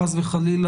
חס וחלילה,